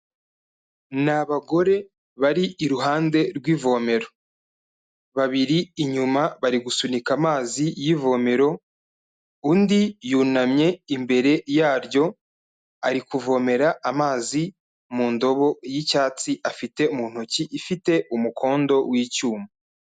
Ni abagore bari iruhande rw'ivomero, babiri inyuma bari gusunika amazi y'ivomero, undi yunamye imbere yaryo ari kuvomera amazi mu ndobo y'icyatsi afite mu ntoki, ifite umukondo w'icyuma.